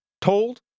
told